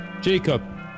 Jacob